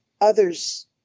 others